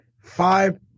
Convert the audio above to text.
five